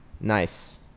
nice